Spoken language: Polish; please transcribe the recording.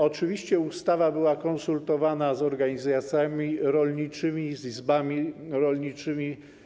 Oczywiście ustawa była konsultowana z organizacjami rolniczymi i z izbami rolniczymi.